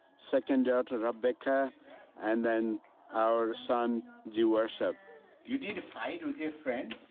second daughter rebecca and then our son jeewarshav you did fight with your friends?